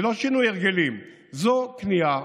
זה לא שינוי הרגלים, זאת כניעה.